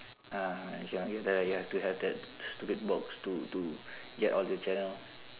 ah actually ya you have to have that stupid box to to get all the channel